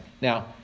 Now